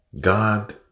God